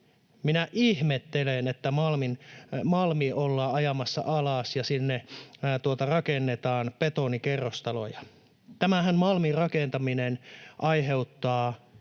Minä ihmettelen, että Malmi ollaan ajamassa alas ja sinne rakennetaan betonikerrostaloja. Tämä Malmin rakentaminenhan aiheuttaa